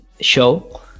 show